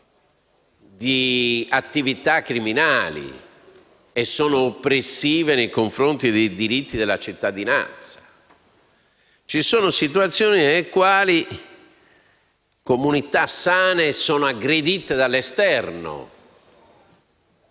di attività criminali e sono oppressive nei confronti dei diritti della cittadinanza. Ci sono situazioni nelle quali comunità sane sono aggredite dall'esterno